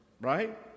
right